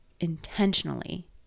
intentionally